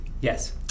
Yes